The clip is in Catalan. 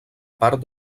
part